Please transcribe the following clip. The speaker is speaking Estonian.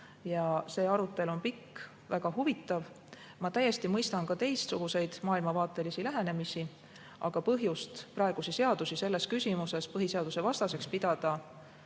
See on olnud pikk ja väga huvitav arutelu. Ma täiesti mõistan ka teistsuguseid maailmavaatelisi lähenemisi, aga põhjust praegusi seadusi selles küsimuses põhiseadusvastaseks pidada